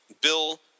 Bill